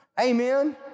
Amen